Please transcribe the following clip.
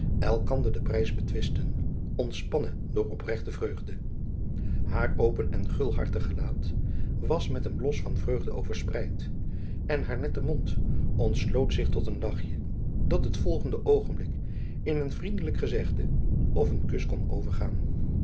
elkander den prijs betwistten ontspannen door opregte vreugde haar open en gulhartig gelaat was met een blos van vreugde overspreid en haar nette mond ontsloot zich tot een lachje dat het volgende oogenblik in een vriendelijk gezegde of een kus kon overgaan